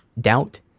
doubt